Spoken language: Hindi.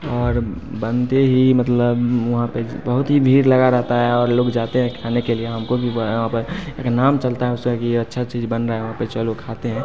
और बनते ही मतलब वहाँ पर बहुत ही भीड़ लगी रहती है और लोग जाते हैं खाने के लिए हम को भी वहाँ पर एक नाम चलता है उसका यह अच्छा चीज़ बन रहा है वहाँ पर चलो खाते हैं